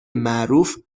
معروف